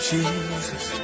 Jesus